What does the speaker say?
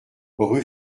rue